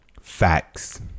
Facts